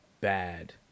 bad